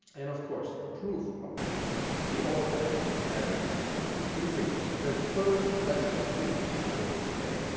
and of course proof of that we all have every night in dreams. the first lesson of dreams, i always say,